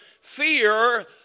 fear